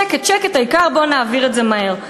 אומרים: שקט, שקט, העיקר בואו נעביר את זה מהר.